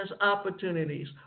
opportunities